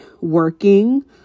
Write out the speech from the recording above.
working